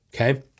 okay